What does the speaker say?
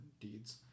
deeds